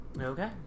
Okay